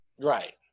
Right